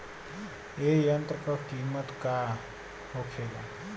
ए यंत्र का कीमत का होखेला?